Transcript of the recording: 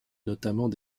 notamment